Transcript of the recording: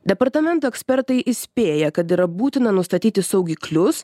departamento ekspertai įspėja kad yra būtina nustatyti saugiklius